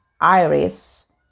Iris